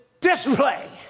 display